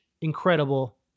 incredible